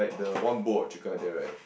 like the one bowl of chicken like that right